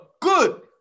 good